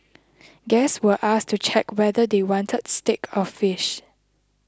guests were asked to check whether they wanted steak or fish